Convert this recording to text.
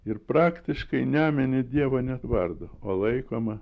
ir praktiškai nemini dievo net vardo o laikoma